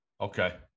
Okay